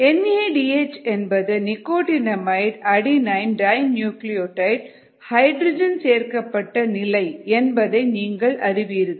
N A D H என்பது nicotinamide adenine dinucleotide hydrogen சேர்க்கப்பட்ட நிலை என்பதை நீங்கள் அறிவீர்கள்